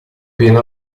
pieno